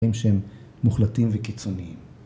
שהם מוחלטים וקיצוניים.